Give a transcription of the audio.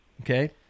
Okay